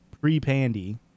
pre-pandy